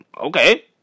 Okay